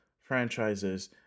franchises